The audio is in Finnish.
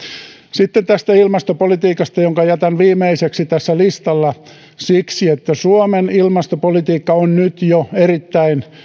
sitten ilmastopolitiikasta jonka jätän viimeiseksi listalla siksi että suomen ilmastopolitiikka on nyt jo erittäin